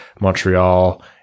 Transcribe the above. Montreal